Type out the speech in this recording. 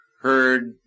heard